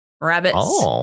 rabbits